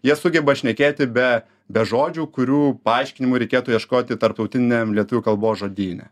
jie sugeba šnekėti be be žodžių kurių paaiškinimų reikėtų ieškoti tarptautiniam lietuvių kalbos žodyne